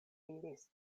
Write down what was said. diris